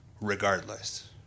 regardless